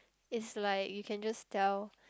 is like you can just tell